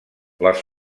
les